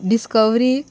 discovery